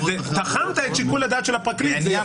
תחמת את שיקול הדעת של הפרקליט --- בעניין